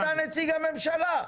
אתה נציג הממשלה.